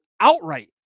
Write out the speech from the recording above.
outright